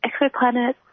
exoplanets